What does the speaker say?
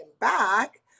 back